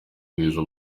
mabwiriza